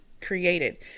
created